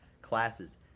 classes